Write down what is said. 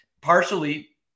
partially